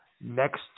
next